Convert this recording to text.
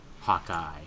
Hawkeye